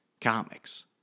comics